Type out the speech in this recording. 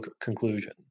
conclusion